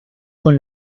con